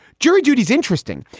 jury duty is interesting.